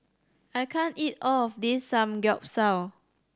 I can't eat all of this Samgeyopsal